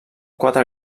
quatre